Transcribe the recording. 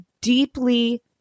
deeply